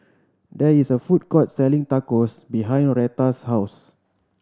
there is a food court selling Tacos behind Retta's house